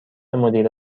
مدیر